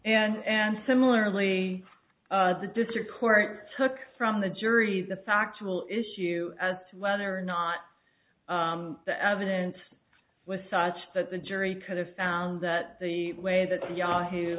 and similarly the district court took from the jury the factual issue as to whether or not the evidence was such that the jury could have found that the way that yahoo